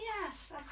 yes